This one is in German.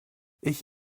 ich